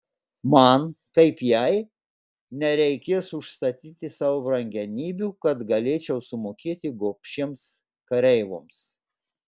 man kaip jai nereikės užstatyti savo brangenybių kad galėčiau sumokėti gobšiems kareivoms